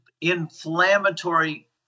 inflammatory